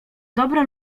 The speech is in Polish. dobro